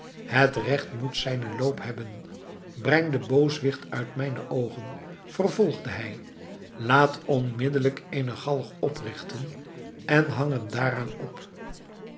het regt moet zijnen loop hebben breng den booswicht uit mijne oogen vervolgde hij laat onmiddelijk eene galg oprigten en hang hem daaraan op